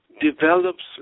develops